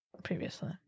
previously